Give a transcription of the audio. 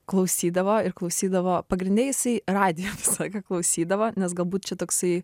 klausydavo ir klausydavo pagrinde jisai radijo visą laiką klausydavo nes galbūt čia toksai